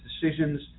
decisions